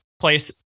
place